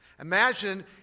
Imagine